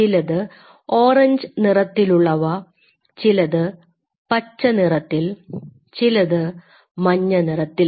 ചിലത് ഓറഞ്ച് നിറത്തിലുള്ളവ ചിലത് പച്ചനിറത്തിൽ ചിലത് മഞ്ഞനിറത്തിൽ